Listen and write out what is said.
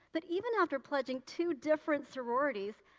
but even after pledging two different sore roar it tees,